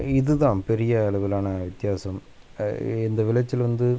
இது தான் பெரிய அளவிலான வித்தியாசம் இந்த விளைச்சல் வந்து